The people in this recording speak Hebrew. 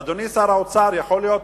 אדוני שר האוצר, יכול להיות,